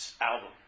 album